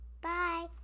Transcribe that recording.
Bye